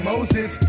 Moses